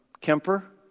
Kemper